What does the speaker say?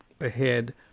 ahead